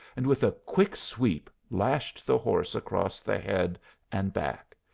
and with a quick sweep lashed the horse across the head and back.